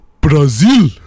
brazil